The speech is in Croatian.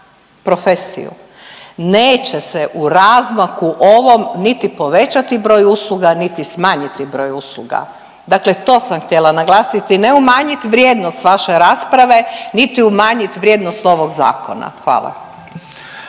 neće se u razmaku ovom niti povećati broj usluga niti smanjiti broj usluga, dakle to sam htjela naglasiti, ne umanjit vrijednost vaše rasprave niti umanjit vrijednost ovog zakona. Hvala.